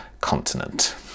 continent